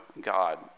God